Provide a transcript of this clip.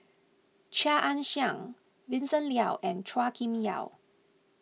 Chia Ann Siang Vincent Leow and Chua Kim Yeow